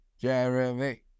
Jeremy